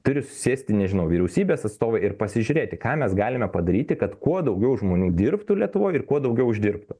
turi susėsti nežinau vyriausybės atstovai ir pasižiūrėti ką mes galime padaryti kad kuo daugiau žmonių dirbtų lietuvoj ir kuo daugiau uždirbtų